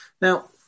Now